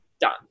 done